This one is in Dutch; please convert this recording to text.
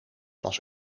was